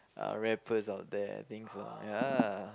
uh rappers out there I think so ya